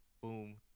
Boom